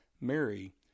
Mary